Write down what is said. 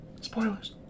Spoilers